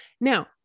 Now